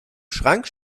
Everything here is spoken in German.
schrank